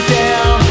down